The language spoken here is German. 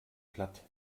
platt